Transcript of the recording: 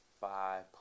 five